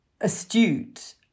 astute